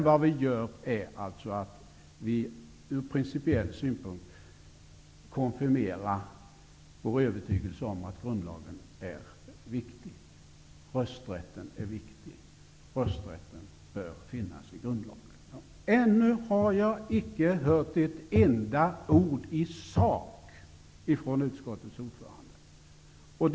Vad vi gör är att vi ur principiell synpunkt konfirmerar vår övertygelse om att grundlagen är viktig, att rösträtten är viktig och att rösträtten bör finnas i grundlagen. Jag har ännu icke hört ett enda ord i sak från utskottets ordförande.